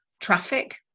traffic